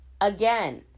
Again